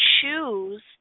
choose